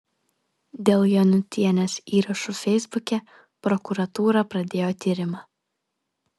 dėl janutienės įrašų feisbuke prokuratūra pradėjo tyrimą